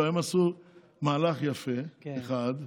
הם עשו מהלך יפה אחד,